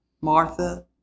Martha